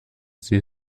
sie